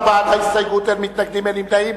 14 בעד ההסתייגות, אין מתנגדים, אין נמנעים.